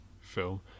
film